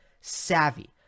savvy